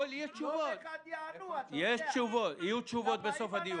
יהיו תשובות בסוף.